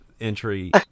entry